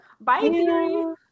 Bye